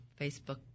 Facebook